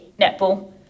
netball